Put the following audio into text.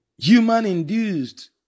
human-induced